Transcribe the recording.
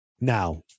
now